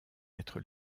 être